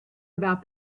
about